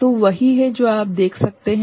तो वही है जो आप देख सकते हैं